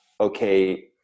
okay